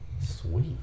Sweet